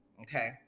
Okay